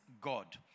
God